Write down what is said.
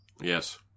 Yes